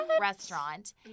restaurant